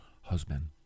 husband